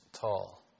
tall